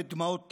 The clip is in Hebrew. בדמעות תנין,